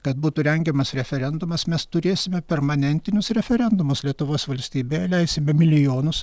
kad būtų rengiamas referendumas mes turėsime permanentinius referendumus lietuvos valstybėje leisime milijonus